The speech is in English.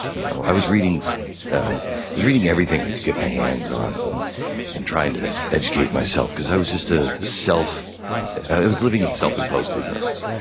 you know i was reading so um was reading everything i could get my hands on and trying to educate myself because i was just a self i was living in self imposed ignorance.